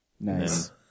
nice